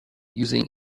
using